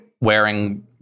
wearing